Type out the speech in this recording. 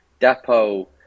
Depo